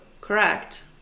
Correct